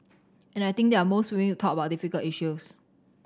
and I think they're most willing to talk about difficult issues